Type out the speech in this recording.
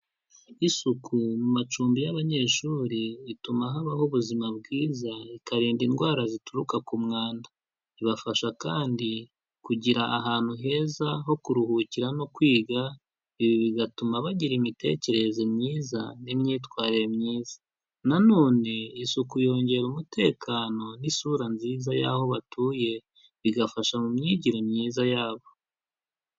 Isuku mu macumbi y'abanyeshuri ituma habaho ubuzima bwiza ikarinda indwara zituruka ku mwanda, ibafasha kandi kugira ahantu heza ho kuruhukira no kwiga, ibi bigatuma bagira imitekerereze myiza n'imyitwarire myiza, na none isuku yongera umutekano n'isura nziza y'aho batuye bigafasha mu myigire myiza yabo.